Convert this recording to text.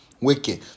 Wicked